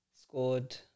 Scored